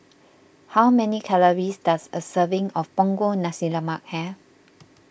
how many calories does a serving of Punggol Nasi Lemak have